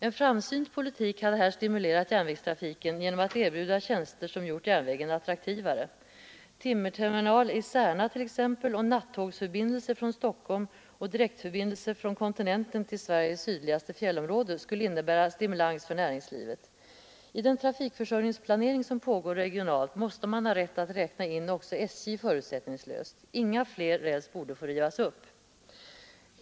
En framsynt politik hade här stimulerat järnvägstrafiken genom att erbjuda tjänster som gjort järnvägen attraktivare. Tim merterminal i Särna, t.ex., nattågsförbindelser från Stockholm och direktförbindelser från kontinenten till Sveriges sydligaste fjällområde skulle innebära stimulans för näringslivet. I den trafikförsörjningsplanering som pågår regionalt måste man ha rätt att räkna in också SJ förutsättningslöst. Inga fler räls borde få rivas upp.